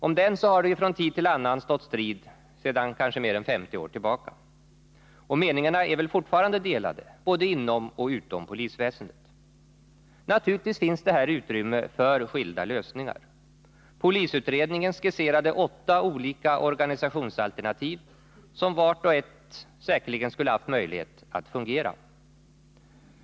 Om denna har det från tid till annan stått strid sedan kanske mer än 50 år tillbaka, och meningarna är fortfarande delade, både inom och utom polisväsendet. Naturligtvis finns här utrymme för skilda lösningar; polisutredningen skisserade åtta olika organisationsalternativ, som vart och ett säkerligen skulle ha haft möjlighet att fungera.